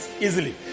easily